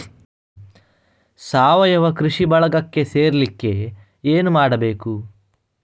ಸಾವಯವ ಕೃಷಿ ಬಳಗಕ್ಕೆ ಸೇರ್ಲಿಕ್ಕೆ ಏನು ಮಾಡ್ಬೇಕು?